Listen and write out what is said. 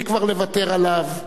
ברוורמן,